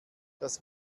das